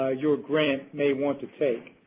ah your grant may want to take.